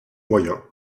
moyen